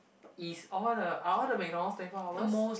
is all the are all the McDonald's twenty four hours